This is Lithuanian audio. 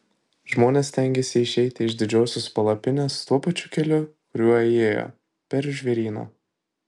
žmonės stengiasi išeiti iš didžiosios palapinės tuo pačiu keliu kuriuo įėjo per žvėryną